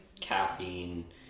caffeine